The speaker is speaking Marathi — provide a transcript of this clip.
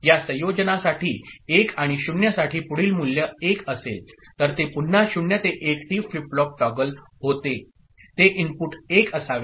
या संयोजनासाठी 1 आणि 0 साठी पुढील मूल्य 1 असेल तर ते पुन्हा 0 ते 1 टी फ्लिप फ्लॉप टॉगल होते ते इनपुट 1 असावे